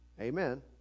Amen